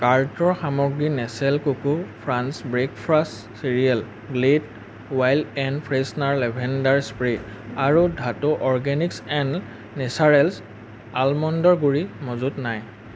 কাৰ্টৰ সামগ্ৰী Nestle Koko Krunch breakfast cereal Glade wild air freshener lavender spray আৰু Dhatu organics and natural আলমণ্ডৰ গুড়ি মজুত নাই